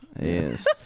Yes